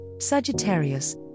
Sagittarius